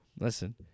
listen